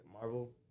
marvel